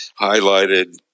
highlighted